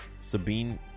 Sabine